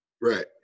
right